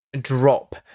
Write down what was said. drop